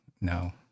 no